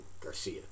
Garcia